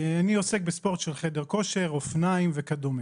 אני עוסק בספורט של חדר כושר, אופניים וכדו'.